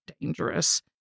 dangerous